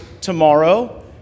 tomorrow